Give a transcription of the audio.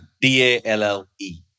D-A-L-L-E